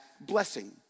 blessing